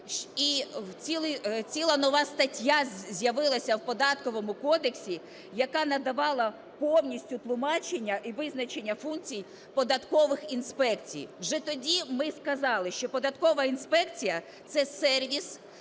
І ціла нова стаття з'явилась в Податковому кодексі, яка надавала повністю тлумачення і визначення функцій податкових інспекцій. Вже тоді ми сказали, що податкова інспекція – це сервіс,